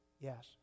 Yes